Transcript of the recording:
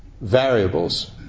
variables